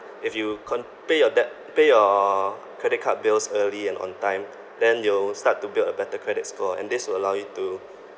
if you can pay your debt pay your credit card bills early and on time then you'll start to build a better credit score and this will allow you to